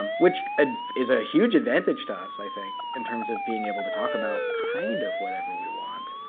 um which ah is a huge advantage to us, i think, in terms of being able to talk about kind of whatever we want.